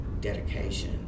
dedication